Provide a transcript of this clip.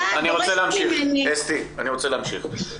אסתי, אני רוצה להמשיך.